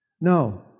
No